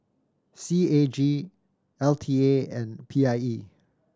C A G L T A and P I E